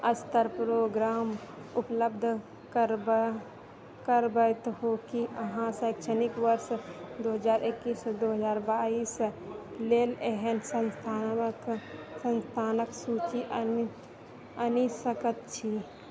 स्तर प्रोग्राम उपलब्ध करबऽ करबैत हो की अहाँ शैक्षणिक वर्ष दू हजार एकैस दू हजार बाईस लेल एहन संस्थानके संस्थानक सूचि आनी सकैत छी